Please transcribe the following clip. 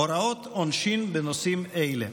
הוראות עונשין בנושאים אלה.